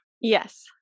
Yes